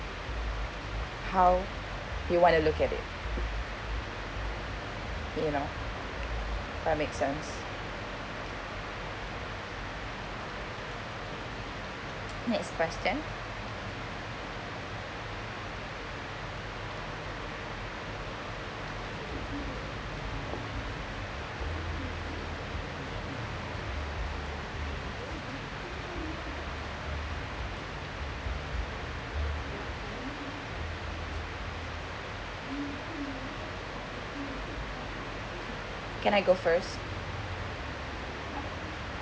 how you want to look at it you know I make sense next question can I go first